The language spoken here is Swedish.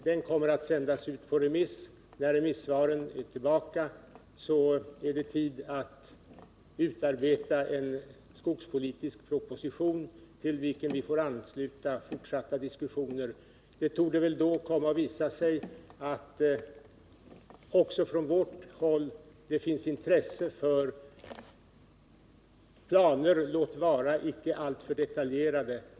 Den kommer att sändas ut på remiss, och när remissvaren kommit in är det tid att utarbeta en skogspolitisk proposition, till vilken vi får ansluta fortsatta diskussioner. Det torde väl komma att visa sig att det också från vårt håll finns intresse för planer — låt vara icke alltför detaljerade.